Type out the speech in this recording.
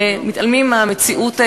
ומתעלמים מהמציאות שמשתנה,